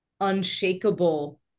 unshakable